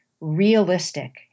realistic